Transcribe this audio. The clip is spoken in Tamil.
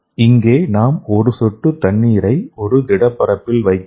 இங்கே நாம் ஒரு சொட்டு தண்ணீரை ஒரு திடப்பரப்பில் வைக்க வேண்டும்